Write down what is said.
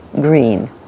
green